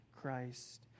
Christ